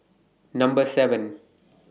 Number seven